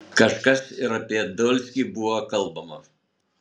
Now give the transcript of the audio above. kažkas ir apie dolskį buvo kalbama